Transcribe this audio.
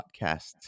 podcast